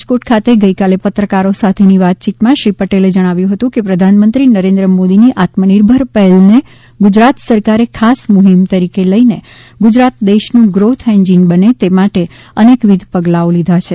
રાજકોટ ખાતે ગઇકાલે પત્રકારો સાથેની વાતચીતમાં શ્રી પટેલે જણાવ્યું હતું કે પ્રધાનમંત્રી નરેન્દ્ર મોદીની આત્મનિર્ભર પહેલને ગુજરાત સરકારે ખાસ મુહિમ તરીકે લઇને ગુજરાત દેશનું ગ્રોથ એન્જીન બને તે માટે અનેકવિધ પગલાઓ લીધા છે